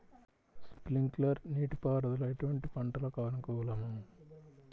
Sprinkler నీటిపారుదల ఎటువంటి పంటలకు అనుకూలము?